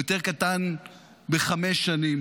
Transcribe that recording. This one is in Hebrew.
הוא יותר קטן בחמש שנים